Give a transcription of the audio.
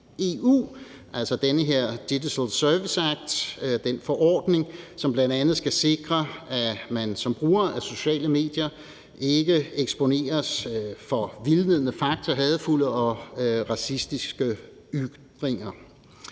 EU, altså den her Digital Services Act, den forordning, som bl.a. skal sikre, at man som bruger af sociale medier ikke eksponeres for vildledende fakta og hadefulde og racistiske ytringer.